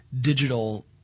digital